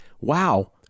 Wow